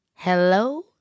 Hello